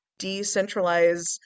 decentralize